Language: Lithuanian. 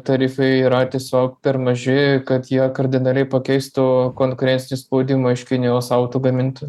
tarifai yra tiesiog per maži kad jie kardinaliai pakeistų konkurencinį spaudimą iš kinijos auto gamintojų